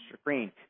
screen